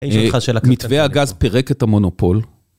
מתווה הגז פירק את המונופול.